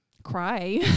cry